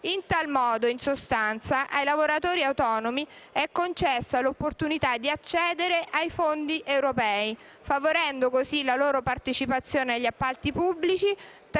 In tal modo, in sostanza, ai lavoratori autonomi è concessa l'opportunità di accedere ai fondi europei, favorendo così la loro partecipazione agli appalti pubblici,